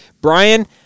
Brian